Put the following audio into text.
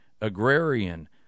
agrarian